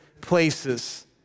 places